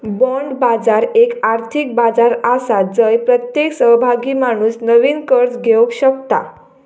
bond बाजार एक आर्थिक बाजार आसा जय प्रत्येक सहभागी माणूस नवीन कर्ज घेवक शकता